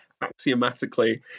axiomatically